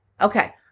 Okay